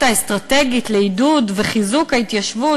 האסטרטגית לעידוד וחיזוק ההתיישבות,